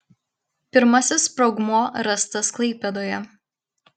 pirmasis sprogmuo rastas klaipėdoje